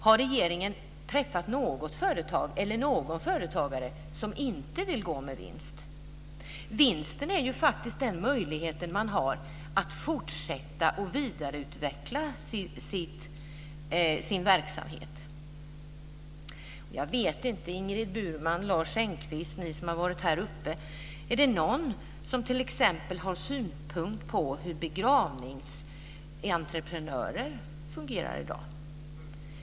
Har regeringen träffat något företag eller någon företagare som inte vill gå med vinst? Vinsten är faktiskt den möjlighet man har att fortsätta att vidareutveckla sin verksamhet. Jag vill fråga Ingrid Burman och Lars Engqvist, som har varit uppe i talarstolen, om det är någon som t.ex. har synpunkter på hur begravningsentreprenörer fungerar i dag.